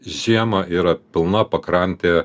žiemą yra pilna pakrantė